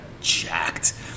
Jacked